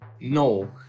No